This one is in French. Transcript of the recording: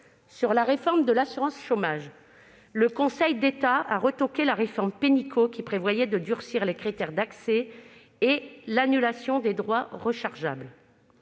de la réforme de l'assurance chômage, le Conseil d'État a retoqué la réforme Pénicaud, qui prévoyait de durcir les critères d'accès et l'annulation des droits rechargeables.